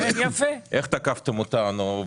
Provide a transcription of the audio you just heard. אני זוכר איך תקפתם אותנו,